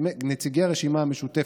נציגי הרשימה המשותפת,